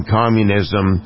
communism